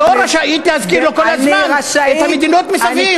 את לא רשאית להזכיר לו כל הזמן את המדינות מסביב.